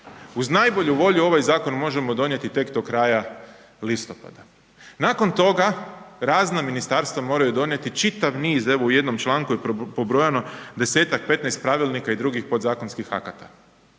Uz najbolju volju ovaj zakon možemo donijeti tek do kraja listopada. Nakon toga razna ministarstva moraju donijeti čitav niz, evo u jednom članku je pobrojano 10-ak, 15 pravilnika i drugih podzakonskih akata.